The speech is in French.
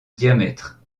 diamètre